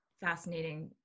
Fascinating